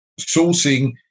sourcing